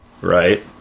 right